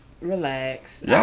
Relax